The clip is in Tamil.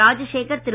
ராஜசேகர் திரு